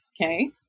Okay